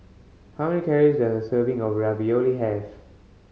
how many calories does a serving of Ravioli have